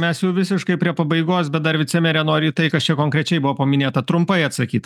mes jau visiškai prie pabaigos bet dar vicemerė nori į tai kas čia konkrečiai buvo paminėta trumpai atsakyt